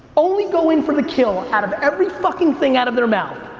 only go in for the kill out of every fucking thing out of their mouth,